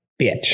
bitch